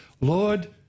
Lord